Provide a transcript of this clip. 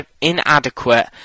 inadequate